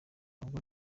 ahubwo